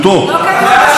אין ולא תהיה,